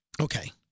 Okay